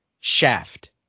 Shaft